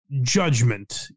judgment